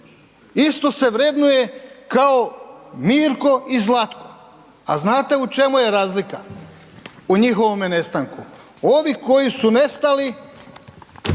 isto se vrednuje kao Mirko i Zlatko. A znate u čemu je razlika u njihovome nestanku? Ovi koji su nestali,